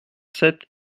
sept